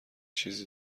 چیزی